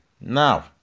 Now